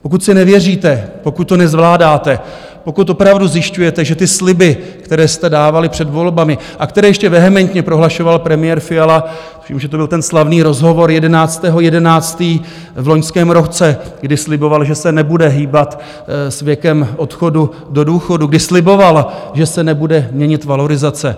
Pokud si nevěříte, pokud to nezvládáte, pokud opravdu zjišťujete, že ty sliby, které jste dávali před volbami a které ještě vehementně prohlašoval premiér Fiala, to byl ten slavný rozhovor 11. 11. v loňském roce, kdy sliboval, že se nebude hýbat s věkem odchodu do důchodu, kdy sliboval, že se nebude měnit valorizace.